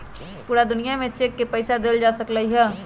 पूरा दुनिया में चेक से पईसा देल जा सकलई ह